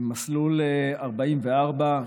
מסלול 44,